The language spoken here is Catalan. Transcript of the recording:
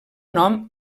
nom